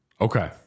Okay